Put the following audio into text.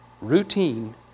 routine